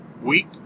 week